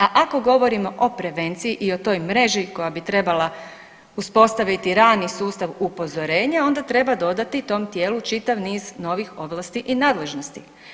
A ako govorimo o prevenciji i o toj mreži koja bi trebala uspostaviti rani sustav upozorenja, onda treba dodati tom tijelu čitav niz novih ovlasti i nadležnosti.